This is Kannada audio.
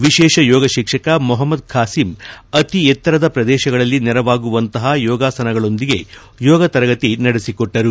ವಿಶೇಷ ಯೋಗ ಶಿಕ್ಷಕ ಮೊಹಮದ್ ಖಾಸಿಮ್ ಅತಿ ಎತ್ತರದ ಪ್ರದೇಶಗಳಲ್ಲಿ ನೆರವಾಗುವಂಥ ಯೋಗಾಸನಗಳೊಂದಿಗೆ ಯೋಗ ತರಗತಿ ನಡೆಸಿಕೊಟ್ಟರು